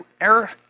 error